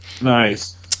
Nice